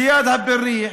זיאד הבריח,